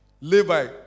Levi